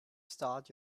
start